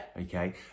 Okay